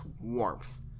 warmth